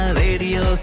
radio